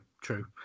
true